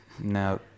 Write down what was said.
No